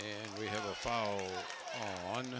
and we have a foul on